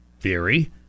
theory